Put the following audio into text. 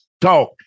Talk